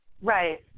Right